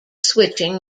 switching